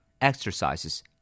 exercises